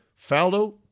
Faldo